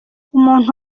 umuntu